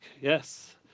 Yes